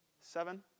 Seven